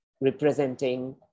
representing